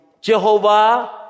Jehovah